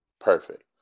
perfect